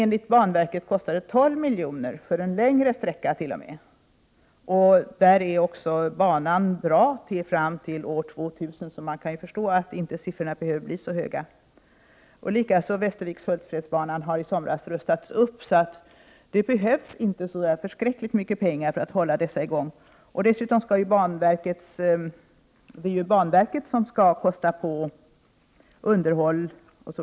Enligt banverket kostar det bara 12 miljoner, och det för en längre sträcka! Denna bana är dessutom i gott skick fram till år 2000, så man förstår att kostnaderna inte behöver bli så höga. Västervik-Hultsfredsbanan har rustats upp i somras, så det behövs inte så värst mycket pengar för att hålla trafiken i gång. Dessutom skall ju banverket bekosta underhållet.